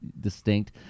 distinct